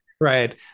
Right